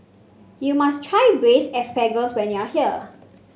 you must try Braised Asparagus when you are here